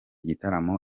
gitaramo